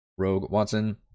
roguewatson